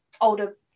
older